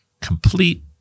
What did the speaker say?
complete